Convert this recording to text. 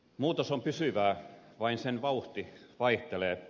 muutos on pysyvää vain sen vauhti vaihtelee